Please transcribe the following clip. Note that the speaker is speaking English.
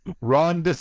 Ron